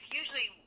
usually